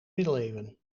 middeleeuwen